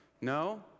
No